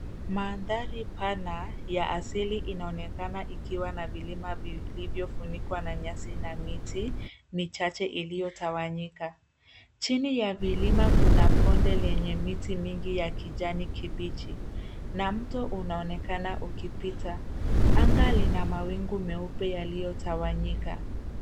Mandhari pana, ya asili inaonekana ikiwa na vilima vilivyofunikwa na nyasi na miti michache iliyotawanyika. Chini ya vilima kuna ponde lenye miti mingi ya kijani kibichi, na mto unaonekana ukipita. Anga lina mawingu meupe yaliyotawanyika.